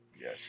Yes